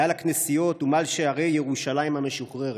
מעל הכנסיות ומעל שערי ירושלים המשוחררת.